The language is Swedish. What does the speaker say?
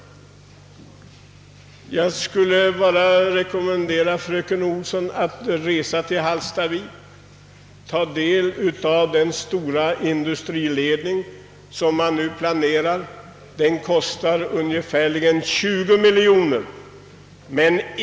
Jag vill rekommendera fröken Olsson att resa upp till Hallstavik och studera den stora industriledning ut i Östersjön som man där planerar och som kommer att kosta ungefär 20 miljoner kronor.